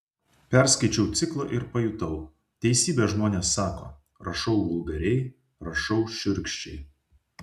perskaičiau ciklą ir pajutau teisybę žmonės sako rašau vulgariai rašau šiurkščiai